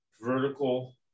Vertical